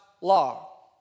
law